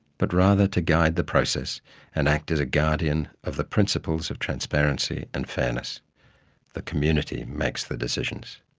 but rather to guide the process and act as a guardian of the principles of transparency and fairness the community makes the decisions.